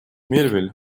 мельвиль